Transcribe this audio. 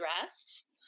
dressed